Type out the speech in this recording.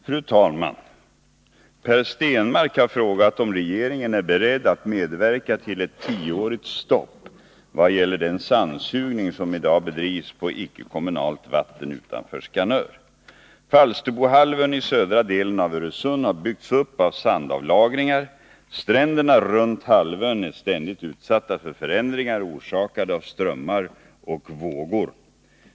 Fru talman! Per Stenmarck har frågat om regeringen är beredd att medverka till ett tioårigt stopp vad gäller den sandsugning som i dag bedrivs på icke-kommunalt vatten utanför Skanör. Falsterbohalvön i södra delen av Öresund har byggts upp av sandavlagringar. Stränderna runt halvön är ständigt utsatta för förändringar, orsakade av strömmar och vågor.